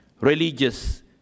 religious